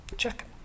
Check